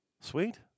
Sweet